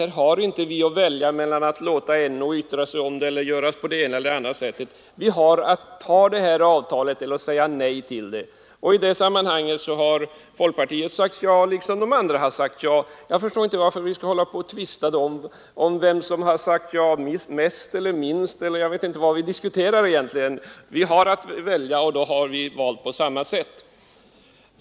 Här har vi inte att välja mellan att låta NO yttra sig om förslaget eller göra på det ena eller andra sättet. Vi har att ta det här avtalet eller säga nej till det, och i det sammanhanget har folkpartiet sagt ja liksom de andra har sagt ja. Jag förstår inte varför vi då skulle hålla på och tvista om vem som sagt ja mest eller minst, eller vad det är fråga om. Vi har haft att välja, och då har vi valt på samma sätt.